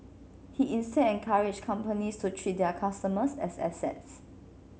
he instead encouraged companies to treat their customers as assets